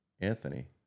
Anthony